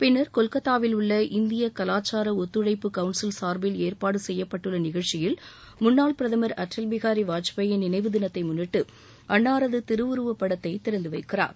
பின்னர் கொல்கத்தாவில் உள்ள இந்திய கலாச்சார ஒத்துழைப்பு கவுன்சில் சார்பில் ஏற்பாடு செய்யப்பட்டுள்ள நிகழ்ச்சியில் முன்னாள் பிரதமர் அடல் பிகாரி வாஜ்பாயின் நினைவு தினத்தை முன்னிட்டு அன்னாரது திருவுருவப் படத்தை திறந்து வைக்கிறார்